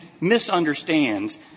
misunderstands